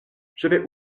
j’avais